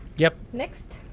yeah next.